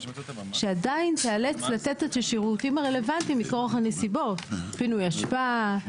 שעדיין תאלץ לתת את השירותים הרלוונטיים מכורח הנסיבות: פינוי אשפה,